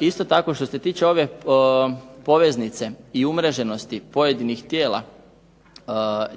Isto tako, što se tiče ove poveznice i umreženosti pojedinih